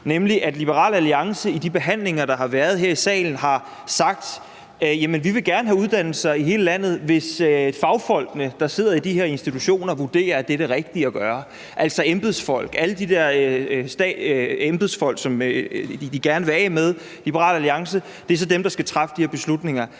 nemlig at Liberal Alliance i de behandlinger, der har været her i salen, har sagt: Vi vil gerne have uddannelser i hele landet, hvis fagfolkene, der sidder i de her institutioner, vurderer, at det er det rigtige at gøre. Der er altså tale om alle de her embedsfolk, som Liberal Alliance gerne vil af med, og det er så dem, der skal træffe de her beslutninger.